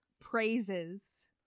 praises